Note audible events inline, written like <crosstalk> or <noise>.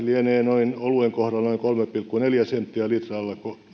<unintelligible> lienee oluen kohdalla noin kolme pilkku neljä euroa